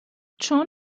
چون